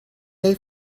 they